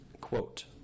Quote